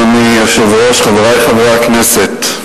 אדוני היושב-ראש, חברי חברי הכנסת,